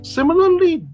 Similarly